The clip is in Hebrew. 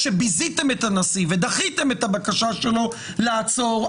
שביזיתם את הנשיא ודחיתם את הבקשה שלו לעצור,